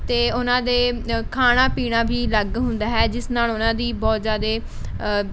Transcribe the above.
ਅਤੇ ਉਹਨਾਂ ਦੇ ਖਾਣਾ ਪੀਣਾ ਵੀ ਅਲੱਗ ਹੁੰਦਾ ਹੈ ਜਿਸ ਨਾਲ਼ ਉਹਨਾਂ ਦੀ ਬਹੁਤ ਜ਼ਿਆਦਾ